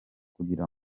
kugira